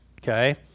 Okay